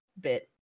bit